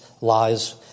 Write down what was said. lies